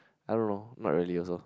I don't know not really also